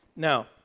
Now